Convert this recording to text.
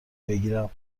بگیرم